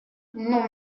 non